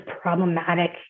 problematic